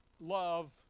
love